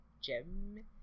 gem